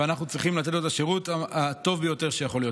ואנחנו צריכים לתת לו את השירות הטוב ביותר שיכול להיות.